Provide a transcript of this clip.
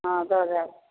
हँ दऽ जाएब